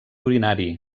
urinari